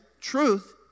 Truth